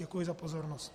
Děkuji za pozornost.